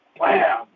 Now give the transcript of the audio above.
Bam